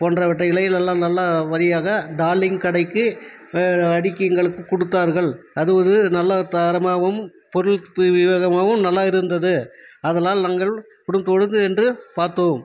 போன்றவற்றுகளை நல்ல நல்ல வழியாக டார்லிங் கடைக்கு அடுக்கி எங்களுக்கு கொடுத்தார்கள் அது ஒரு நல்ல தரமாகவும் பொருளுக்கு உபயோகமாவும் நல்லா இருந்தது அதனால் நாங்கள் குடும்பத்துடன் சென்று பார்த்தோம்